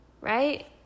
right